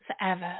forever